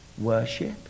Worship